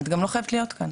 את גם לא חייבת להיות כאן.